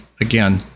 Again